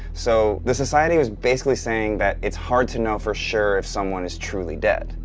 so the society was basically saying that it's hard to know for sure if someone is truly dead.